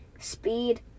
speed